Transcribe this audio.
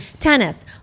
tennis